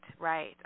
right